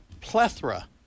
plethora